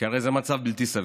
כי הרי זה מצב בלתי סביר.